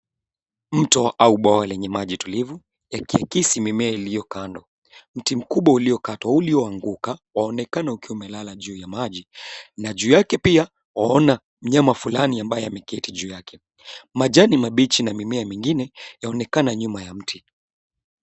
Not au bwawa lenye maji tulivu yakiakisi mimea iliyo kando. Mti mkubwa uliokatwa, ulioanguka wanaonekana ukiwa umelala juu ya maji na juu yake pia twaona mnyama fulani ambaye ameketi juu yake. Majani mabichi na mimea mingine yaonekana nyuma ya mti.